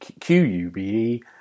Q-U-B-E